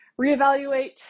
reevaluate